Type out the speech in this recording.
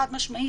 חד-משמעית.